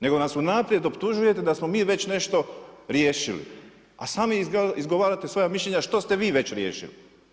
Nego nas unaprijed optužujete da smo mi već nešto riješili a sami izgovarate svoja mišljenja što ste vi već riješili.